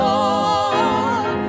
Lord